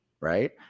Right